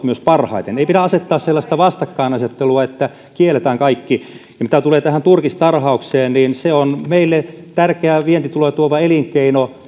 myös parhaiten ei pidä asettaa sellaista vastakkainasettelua että kielletään kaikki ja mitä tulee tähän turkistarhaukseen niin se on meille tärkeä vientituloja tuova elinkeino